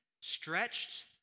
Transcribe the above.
stretched